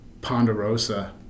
Ponderosa